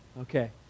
Okay